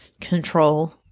control